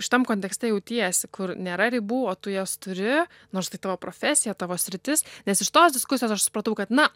šitam kontekste jautiesi kur nėra ribų o tu jas turi nors tai tavo profesija tavo sritis nes iš tos diskusijos aš supratau kad na